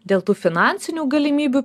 dėl tų finansinių galimybių